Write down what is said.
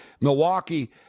Milwaukee